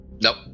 nope